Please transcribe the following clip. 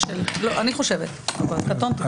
אני חושבת אבל קטונתי.